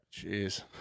Jeez